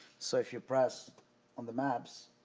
so if you press on the maps,